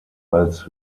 als